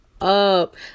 up